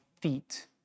feet